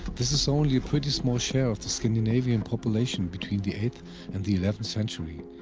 this is only a pretty small share of the scandinavian population between the eighth and the eleventh century,